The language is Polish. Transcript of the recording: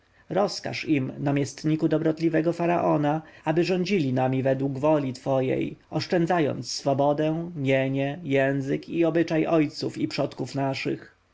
rozkaż im namiestniku dobrotliwego faraona aby rządzili nami według woli twojej oszczędzając swobodę mienie język i obyczaje ojców i przodków naszych